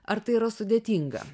ar tai yra sudėtinga